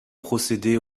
procéder